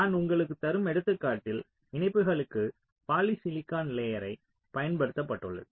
நான் உங்களுக்கு தரும் எடுத்துக்காட்டில் இணைப்புகளுக்கு பாலிசிலிகான் லேயரைப் பயன்படுத்த பட்டுள்ளது